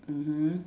mmhmm